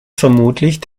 vermutlich